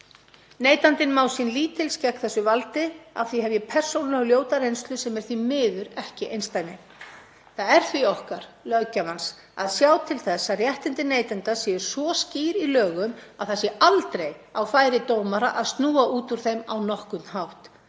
Neytandinn má sín lítils gegn þessu valdi. Af því hef ég persónulega og ljóta reynslu sem er því miður ekki einsdæmi. Það er því okkar, löggjafans, að sjá til þess að réttindi neytenda séu svo skýr í lögum að það sé aldrei á færi dómara að snúa út úr þeim á nokkurn hátt.